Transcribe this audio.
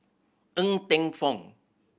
Ng Teng Fong